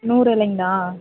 நூறு இலைங்களா